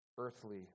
earthly